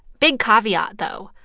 big caveat, though.